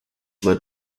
led